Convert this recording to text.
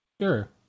Sure